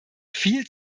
viel